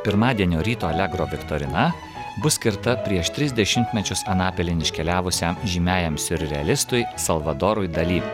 pirmadienio ryto alegro viktorina bus skirta prieš tris dešimtmečius anapilin iškeliavusiam žymiajam siurrealistui salvadorui dali